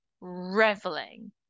reveling